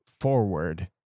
forward